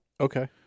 Okay